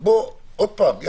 עוד פעם,